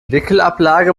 wickelablage